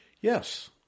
Yes